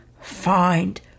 find